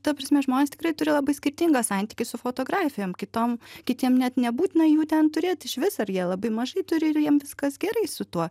ta prasme žmonės tikrai turi labai skirtingą santykį su fotografijom kitom kitiem net nebūtina jų ten turėt išvis ar jie labai mažai turi ir jiem viskas gerai su tuo